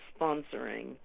sponsoring